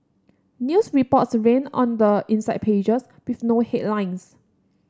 news reports ran on the inside pages with no headlines